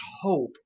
hope